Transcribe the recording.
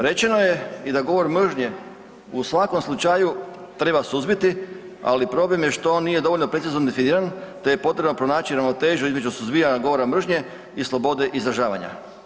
Rečeno je i da govor mržnje u svakom slučaju treba suzbiti, ali problem je što on nije dovoljno precizno definiran te je potrebno pronaći ravnotežu između suzbijanja govora mržnje i slobode izražavanja.